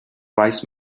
wise